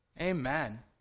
Amen